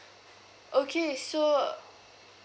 okay so uh